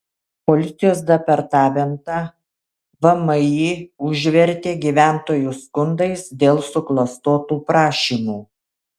policijos departamentą vmi užvertė gyventojų skundais dėl suklastotų prašymų